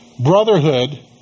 brotherhood